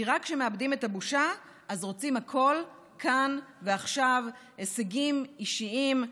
כי רק כשמאבדים את הבושה אז רוצים הכול כאן ועכשיו: הישגים אישיים,